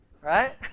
right